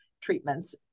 treatments